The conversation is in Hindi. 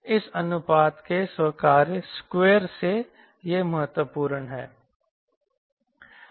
इस अनुपात के स्क्वायर से यह महत्वपूर्ण है